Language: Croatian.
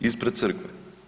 Ispred crkve.